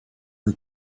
her